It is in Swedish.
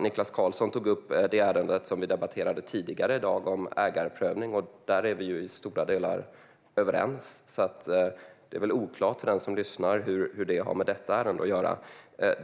Niklas Karlsson tog upp ärendet ägarprövning, som vi debatterade tidigare i dag. Där är vi i stora delar överens, så det är nog oklart för den som lyssnar vad det har med detta ärende att göra.